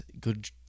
good